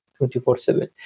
24-7